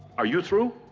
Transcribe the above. are you through?